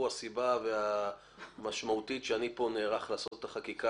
הוא הסיבה המשמעותית שאני כאן נערך לעשות את החקיקה